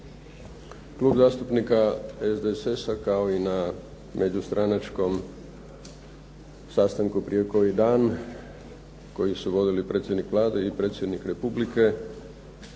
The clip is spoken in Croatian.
Klub zastupnika SDSS-a, kao i na međustranačkom sastanku prije koji dan koji su vodili predsjednik Vlade i predsjednik Republike,